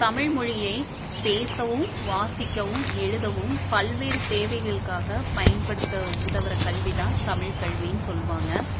தமிழ்மொழியை பேசவும் வாசிக்கவும் எழுதவும் பல்வேறு தேவைகளுக்காக பயன்படுத்த உதவுகிற கல்விதான் தமிழ் கல்வினு சொல்லுவாங்க